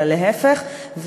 אלא להפך,